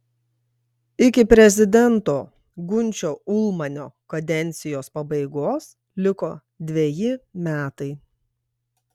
iki prezidento gunčio ulmanio kadencijos pabaigos liko dveji metai